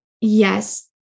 Yes